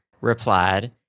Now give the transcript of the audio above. replied